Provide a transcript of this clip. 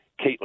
Caitlin